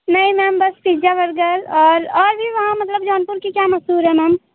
नहीं मैम बस pizza burger और और भी वहाँ मतलब जौनपुर की क्या मशहूर है मैम